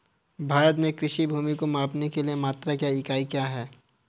भारत में कृषि भूमि को मापने के लिए मात्रक या इकाई क्या है?